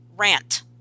rant